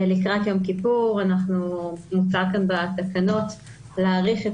לקראת יום כיפור מוצע כאן בתקנות להאריך את